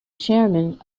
chairman